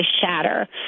shatter